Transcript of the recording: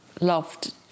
loved